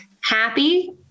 happy